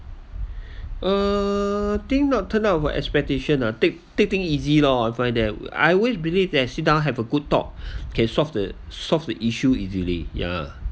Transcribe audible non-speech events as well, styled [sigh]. err thing not turn out of our expectation ah take take thing easy lor I find that I always believe that sit down have a good talk [breath] can solve the solve the issue easily ya